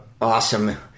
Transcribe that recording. awesome